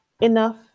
enough